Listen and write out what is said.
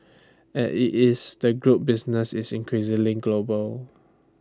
at IT is the group's business is increasingly global